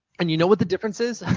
and you know what the difference is?